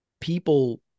People